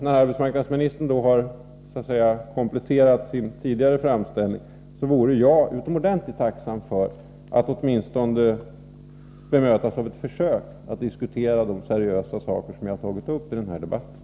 När arbetsmarknadsministern har kompletterat sin tidigare framställning vore jag utomordentligt tacksam för att åtminstone bemötas av ett försök att diskutera de seriösa saker som jag har tagit upp i den här debatten.